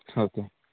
okay